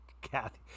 Kathy